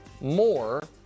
more